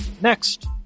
Next